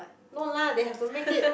no lah they have to make it